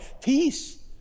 peace